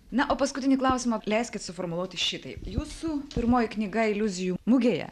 na o paskutinį klausimą leiskit suformuluoti šitaip jūsų pirmoji knyga iliuzijų mugėje